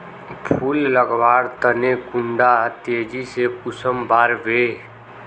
फुल लगवार तने कुंडा तेजी से कुंसम बार वे?